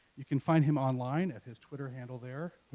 you can find him online at his twitter handle there,